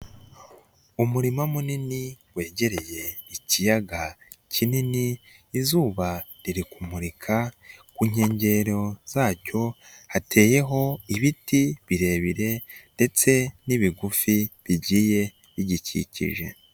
Umurima munini, wegereye ikiyaga kinini, izuba riri kumurika, ku nkengero zacyo hateyeho ibiti birebire ndetse n'ibigufi bigiye bigikikije.